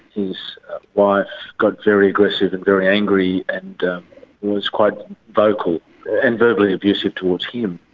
his wife got very aggressive and very angry and was quite vocal and verbally abusive towards him.